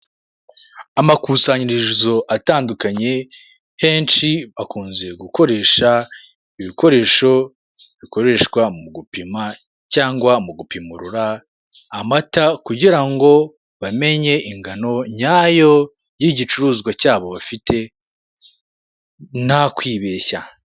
Amakusanyirizo atandukanye, kenshi akunze gukoresha ibikoresho bikoreshwa mu gupima cyangwa mu gupimurura amata kugira ngo bamenye ingano nyayo y'igicuruzwa cyabo bafite, nta kwibeshya.